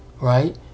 right